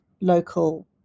local